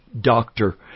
doctor